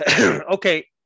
Okay